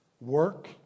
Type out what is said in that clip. Work